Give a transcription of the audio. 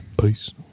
Peace